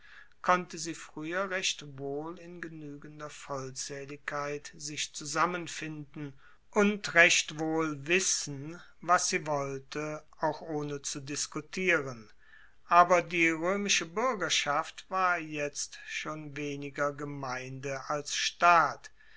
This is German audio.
konnte sie frueher recht wohl in genuegender vollzaehligkeit sich zusammenfinden und recht wohl missen was sie wollte auch ohne zu diskutieren aber die roemische buergerschaft war jetzt schon weniger gemeinde als staat